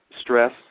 stress